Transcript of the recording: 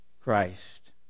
Christ